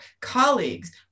colleagues